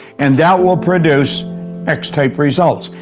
and that will produce x-type results.